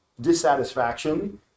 dissatisfaction